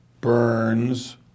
Burns